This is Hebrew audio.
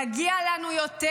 מגיע לנו יותר.